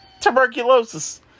Tuberculosis